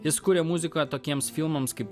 jis kūrė muziką tokiems filmams kaip